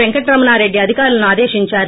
పెంకటరమణారెడ్లి అధికారులను ఆదేశించారు